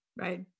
Right